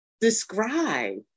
describe